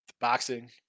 Boxing